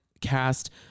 cast